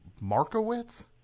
Markowitz